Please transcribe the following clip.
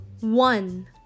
One